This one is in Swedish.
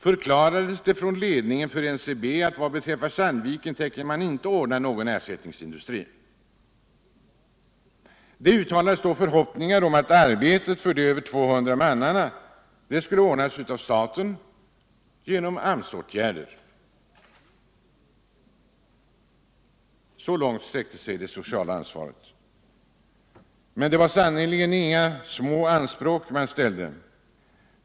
Därvid har NCB ledningen förklarat att man inte tänker ordna någon ersättningsindustri i Sandviken. I stället har man uttalat förhoppningar om att arbetet för de 200 mannarna skulle ordnas av staten genom AMS-åtgärder. — Så långt sträckte sig alltså det sociala ansvaret. Det var sannerligen inte små anspråk man hade!